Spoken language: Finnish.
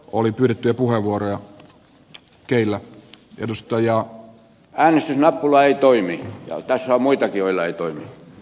olin pyydettyä puheenvuoroja keillä tiedostoja pariisin lait toimii muitakin joilla ei toimi